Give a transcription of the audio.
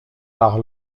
par